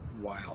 Wow